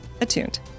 attuned